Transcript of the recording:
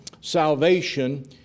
Salvation